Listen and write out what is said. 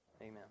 Amen